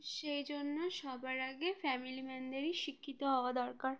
সেই জন্য সবার আগে ফ্যামিলি ম্যানদেরই শিক্ষিত হওয়া দরকার